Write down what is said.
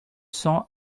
cents